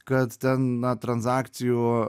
kad na tranzakcijų